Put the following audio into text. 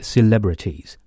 Celebrities